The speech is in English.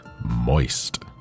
moist